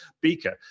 beaker